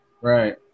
Right